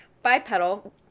Bipedal